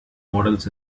models